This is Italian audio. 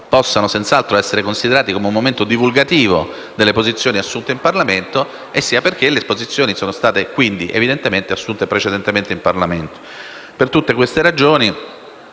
essere senz'altro considerati come un momento divulgativo delle posizioni assunte in Parlamento, sia perché tali posizioni sono state evidentemente assunte precedentemente nella medesima sede. Per tutte queste ragioni